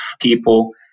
people